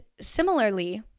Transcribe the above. similarly